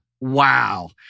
wow